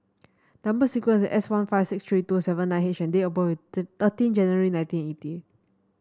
number sequence is S one five six three two seven nine H and date of birth is thirteen January nineteen eighty